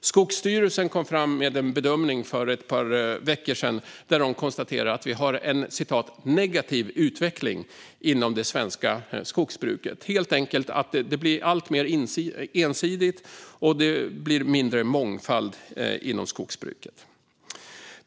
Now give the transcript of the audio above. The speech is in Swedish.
Skogsstyrelsen kom för ett par veckor sedan med en bedömning där man konstaterade att vi har en negativ utveckling inom det svenska skogsbruket. Det blir helt enkelt alltmer ensidigt; det blir mindre mångfald inom skogsbruket.